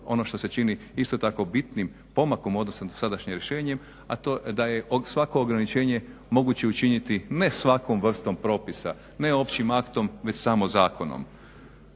ono što se čini isto tako bitnim pomakom u odnosu na sadašnje rješenje a to je da je svako ograničenje moguće učiniti ne svakom vrstom propisa, ne općim aktom već samo zakonom.